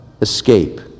escape